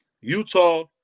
Utah